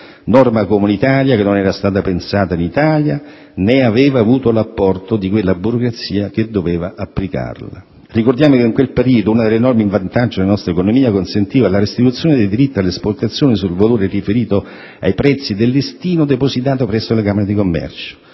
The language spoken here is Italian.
norma comunitaria che non era stata pensata in Italia né aveva avuto l'apporto di quella burocrazia che doveva applicarla. Ricordiamo che, in quel periodo, una delle norme a vantaggio della nostra economia consentiva la restituzione dei diritti all'esportazione sul valore riferito ai prezzi del listino depositato presso la Camera di commercio.